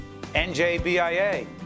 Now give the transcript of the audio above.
NJBIA